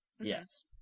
Yes